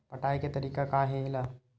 पटाय के तरीका का हे एला?